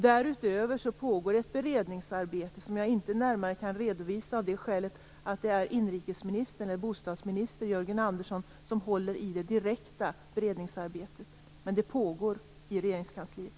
Därutöver pågår ett beredningsarbete som jag inte närmare kan redovisa av det skälet att det är bostadsminister Jörgen Andersson som håller i det direkta beredningsarbetet, men det pågår ett arbete i Regeringskansliet.